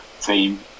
team